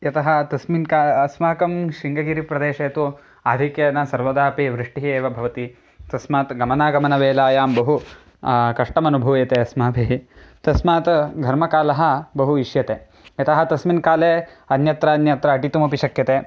यतः तस्मिन् का अस्माकं शृङ्गगिरिः प्रदेशे तु आधिक्येन सर्वदा अपि वृष्टिः एव भवति तस्मात् गमनागमनवेलायां बहु कष्टमनुभूयते अस्माभिः तस्मात् घर्मकालः बहु इष्यते यतः तस्मिन्काले अन्यत्र अन्यत्र अटितुमपि शक्यते